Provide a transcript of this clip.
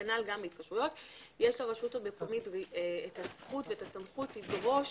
יש לרשות המקומית את הסמכות והזכות לדרוש